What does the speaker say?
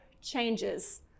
changes